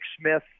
Smith